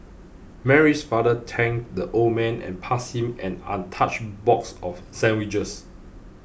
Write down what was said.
Mary's father thanked the old man and passed him an untouched box of sandwiches